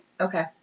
Okay